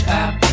app